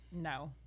No